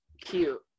cute